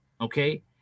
Okay